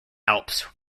alps